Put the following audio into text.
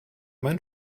mein